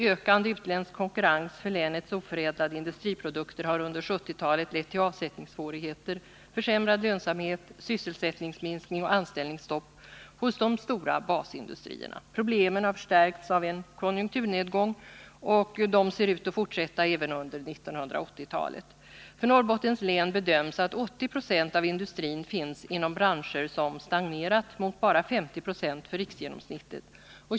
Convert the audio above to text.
Ökande utländsk konkurrens för länets oförädlade industriprodukter har under 1970-talet lett till avsättningssvårigheter, försämrad lönsamhet, sysselsättningsminskning och anställningsstopp hos de stora basindustrierna. Problemen har förstärkts av en konjunkturnedgång, och de ser ut att fortsätta även under 1980-talet. För Norrbottens län bedöms att 80 96 av industrin finns inom branscher som stagnerat mot bara 50 9 för riksgenomsnittet.